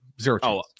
zero